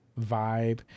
vibe